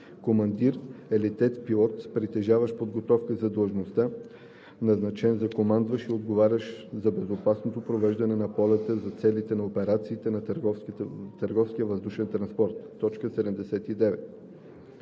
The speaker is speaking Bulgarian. „Командир“ е летец-пилот, притежаващ подготовка за длъжността, назначен за командващ и отговарящ за безопасното провеждане на полета за целите на операциите на търговския въздушен транспорт. 79.